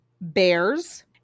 bears